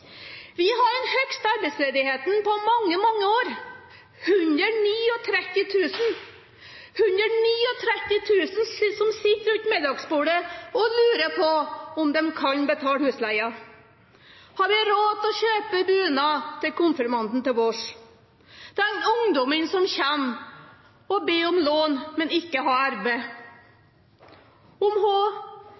Vi har den høyeste arbeidsledigheten på mange, mange år, 139 000 – 139 000 som sitter rundt middagsbordet og lurer på om de kan betale husleia, om de har råd til å kjøpe bunad til konfirmanten til våren. Så er det ungdommen som kommer og ber om lån, men ikke har arbeid,